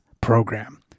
program